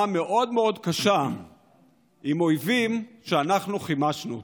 מאוד מאוד קשה עם אויבים שאנחנו חימשנו אותם.